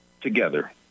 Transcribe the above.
together